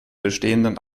bestehenden